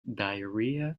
diarrhea